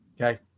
Okay